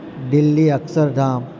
Delhi Akshardham